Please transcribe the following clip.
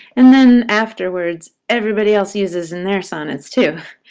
and then afterwards, everybody else uses in their sonnets too.